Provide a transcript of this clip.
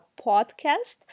podcast